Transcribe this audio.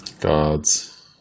Gods